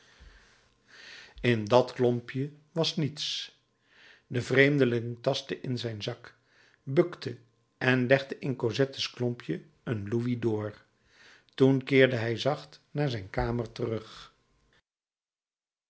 in dat klompje was niets de vreemdeling tastte in zijn zak bukte en legde in cosettes klompje een louis d'or toen keerde hij zacht naar zijn kamer terug